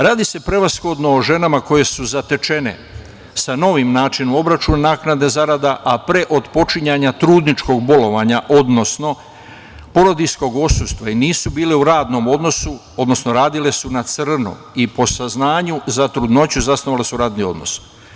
Radi se prevashodno o ženama koje su zatečene sa novim načinom obračuna naknade zarada, a pre otpočinjanja trudničkog bolovanja, odnosno porodiljskog odsustva i nisu bile u radnom odnosu, odnosno radile su na crno i po saznanju za trudnoću zasnovale su radni odnos.